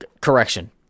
Correction